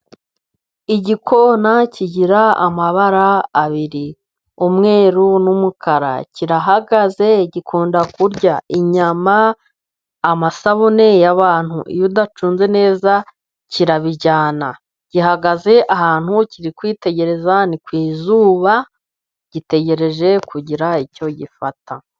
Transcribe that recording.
Igikona kigira amabara abiri umweru n'umukara , kirahagaze gikunda kurya inyama amasabune y'abantu . Iyo udacunze neza kirabijyana gihagaze ahantu kiri kwitegereza , ni ku izuba gitegereje kugira icyo gifata.